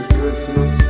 Christmas